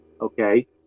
okay